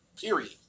period